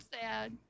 sad